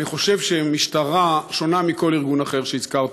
אני חושב שמשטרה שונה מכל ארגון אחר שהזכרת.